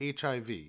HIV